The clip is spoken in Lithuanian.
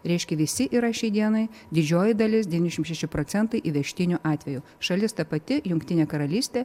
reiškia visi yra šiai dienai didžioji dalis devyniasdešimt šeši procentai įvežtinių atvejų šalis ta pati jungtinė karalystė